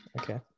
Okay